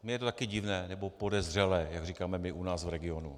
Mně je to taky divné, nebo podezřelé, jak říkáme my u nás v regionu.